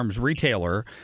retailer